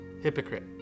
Hypocrite